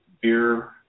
beer